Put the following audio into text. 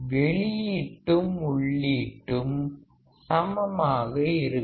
வெளியீட்டும் உள்ளீட்டும் சமமாக இருக்கும்